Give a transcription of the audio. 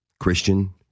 Christian